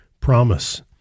promise